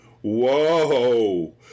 Whoa